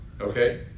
Okay